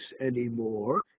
anymore